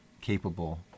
capable